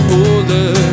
older